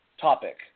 topic